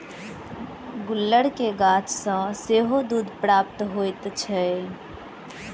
गुलर के गाछ सॅ सेहो दूध प्राप्त होइत छै